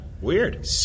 Weird